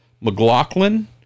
McLaughlin